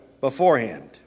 beforehand